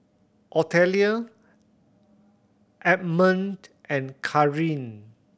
Otelia Ammon and Carin